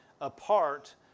apart